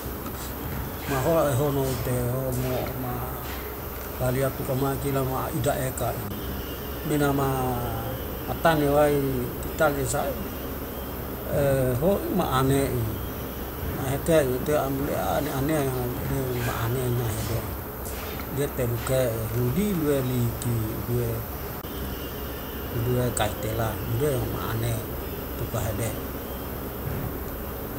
maho ehono ite omouma taliatu kumai kilama ida eka'i, me nama matane wai kitale sai hoi ma ane'i neheke ete amde ane naea ene ma ane nahede deteluke'e hudi luwe liki duwe uduwe kai tela de ma ane tuka hede.